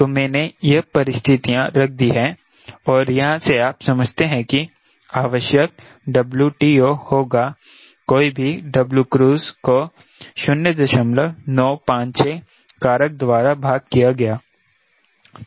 तो मैंने यह परिस्थितियां रख दी है और यहां से आप समझते हैं कि आवश्यक 𝑊TO होगा कोई भी W क्रूज़ को 0956 कारक द्वारा भाग किया गया